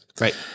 Right